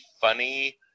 funny